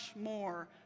more